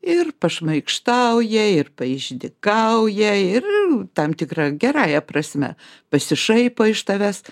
ir pašmaikštauja ir paišdykauja ir tam tikra gerąja prasme pasišaipo iš tavęs